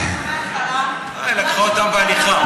היא לקחה אותם בהליכה.